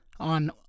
on